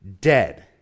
dead